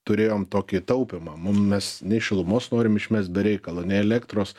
turėjom tokį taupymą mum mes nei šilumos norim išmest be reikalo nei elektros